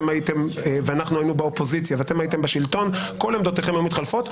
אנחנו היינו באופוזיציה ואתם הייתם בשלטון כל עמדותיכם היו מתחלפות.